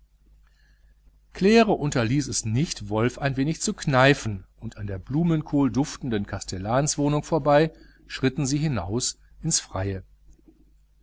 claire unterließ es nicht wolf ein wenig zu kneifen und an der blumenkohlduftenden kastellanswohnung vorbei schritten sie hinaus ins freie